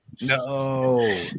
No